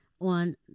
on